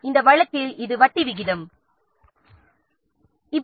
இப்போது இது வட்டி விகிதமாக கருதப்படுகிறது